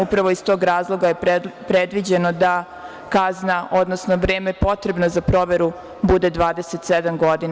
Upravo iz tog razloga je predviđeno da kazna, odnosno vreme potrebno za proveru bude 27 godina.